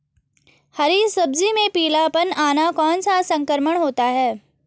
हरी सब्जी में पीलापन आना कौन सा संक्रमण होता है?